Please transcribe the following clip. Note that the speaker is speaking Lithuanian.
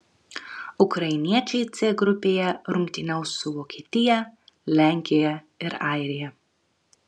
ukrainiečiai c grupėje rungtyniaus su vokietija lenkija ir airija